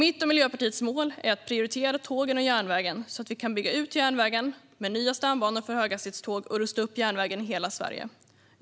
Mitt och Miljöpartiets mål är att prioritera tågen och järnvägen, så att vi kan bygga ut järnvägen med nya stambanor för höghastighetståg och rusta upp järnvägen i hela Sverige.